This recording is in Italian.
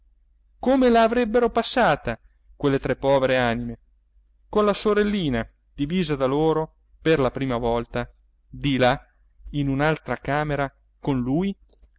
la avrebbero passata quelle tre povere anime con la sorellina divisa da loro per la prima volta di là in un'altra camera con lui